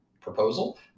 proposal